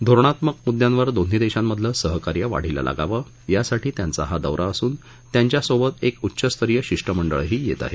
धोरणात्मक मुद्यांवर दोन्ही देशांमधलं सहकार्य वाढीला लागावं यासाठी त्यांचा हा दौरा असून त्यांच्यासोबत एक उच्चस्तरीय शिष्टमंडळही येत आहे